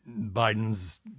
Biden's